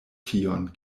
tion